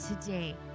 today